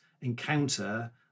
encounter